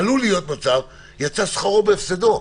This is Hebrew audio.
עלול להיות מצב שיצא שכרו בהפסדו.